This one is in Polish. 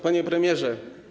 Panie Premierze!